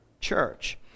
church